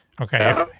Okay